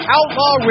Outlaw